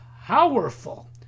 powerful